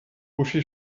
uschi